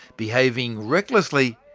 behaving recklessly,